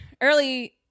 early